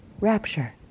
rapture